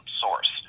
source